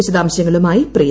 വിശദാംശങ്ങളുമായി പ്രിയ